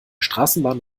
straßenbahn